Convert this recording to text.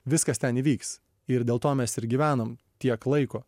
viskas ten įvyks ir dėl to mes ir gyvenam tiek laiko